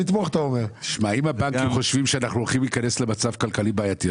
אם הבנקים חושבים שאנחנו הולכים להיכנס למצב כלכלי בעייתי,